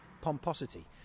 pomposity